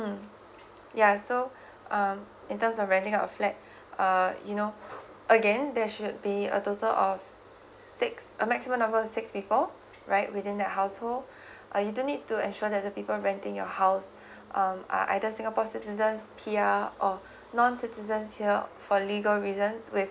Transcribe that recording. mm yeah so um in terms of renting out a flat err you know again there should be a total of six a maximum number of six people right within the household uh you do need to ensure that the people renting your house um are either singapore citizens P_R or non citizens here for legal reasons with